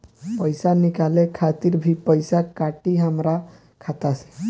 पईसा निकाले खातिर भी पईसा कटी हमरा खाता से?